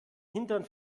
hintern